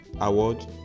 award